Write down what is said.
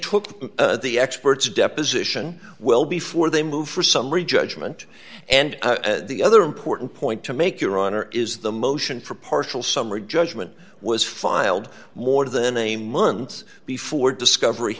took the experts deposition well before they move for summary judgment and the other important point to make your honor is the motion for partial summary judgment was filed more than a month before discovery